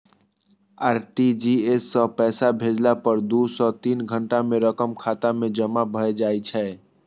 RTGS सं पैसा भेजला पर दू सं तीन घंटा मे रकम खाता मे जमा भए जाइ छै